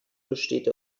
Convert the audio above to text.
besteht